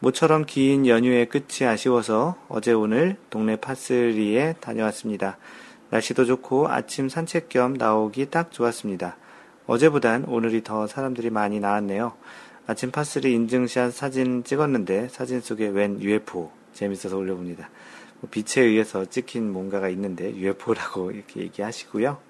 모처럼 긴 연휴의 끝이 아쉬워서 어제 오늘 동네 파슬리에 다녀왔습니다. 날씨도 좋고 아침 산책 겸 나오기 딱 좋았습니다. 어제보단 오늘이 더 사람들이 많이 나왔네요. 아침 파슬리 인증샷 사진 찍었는데 사진 속에 웬 UFO? 재밌어서 올려봅니다. 뭐 빛에 의해서 찍힌 뭔가가 있는데 UFO라고 이렇게 얘기하시고요.